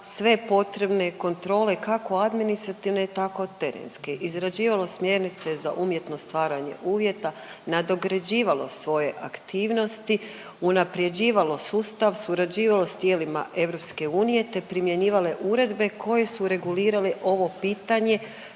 sve potrebne kontrole kako administrativne tako terenske, izrađivalo smjernice za umjetno stvaranje uvjeta, nadograđivalo svoje aktivnosti, unaprjeđivalo sustav, surađivalo s tijelima EU te primjenjivale uredbe koje su regulirale ovo pitanje,